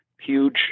huge